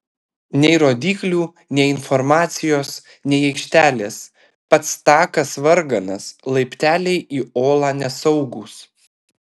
nei rodyklių nei informacijos nei aikštelės pats takas varganas laipteliai į olą nesaugūs